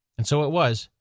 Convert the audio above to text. and so it was,